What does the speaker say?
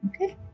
Okay